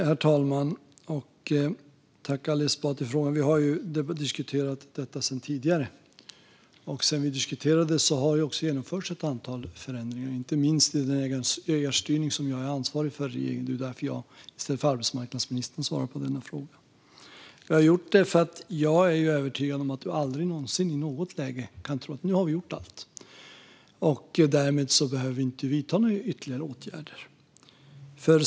Herr talman! Tack, Ali Esbati, för frågan! Vi har diskuterat detta tidigare. Och sedan vi diskuterade detta har vi genomfört ett antal förändringar, inte minst i den ägarstyrning som jag är ansvarig för i regeringen - det är därför som jag svarar på denna fråga i stället för arbetsmarknadsministern. Vi har gjort detta eftersom jag är övertygad om att vi aldrig någonsin kan tro att vi har gjort allt och att vi därmed inte behöver vidta några ytterligare åtgärder.